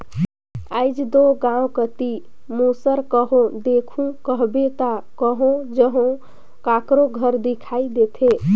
आएज दो गाँव कती मूसर कहो देखहू कहबे ता कहो जहो काकरो घर दिखई देथे